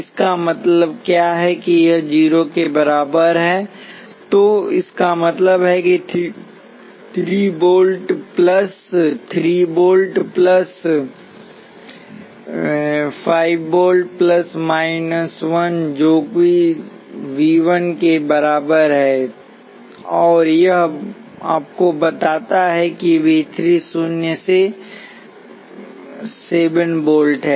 इसका क्या मतलब है कि यह 0 के बराबर है तो इसका मतलब है कि 3 volt plus V 3 plus 5 volt जो वी 4 माइनस 1 वोल्ट है जो वी 1 बराबर 0 है और यह आपको बताता है कि वी 3 शून्य से 7 वोल्ट है